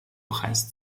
preis